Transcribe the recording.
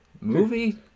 movie